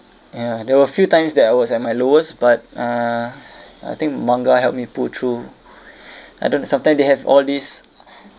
ya there were few times that I was at my lowest but uh I think manga helped me pull through I don't know sometime they have all these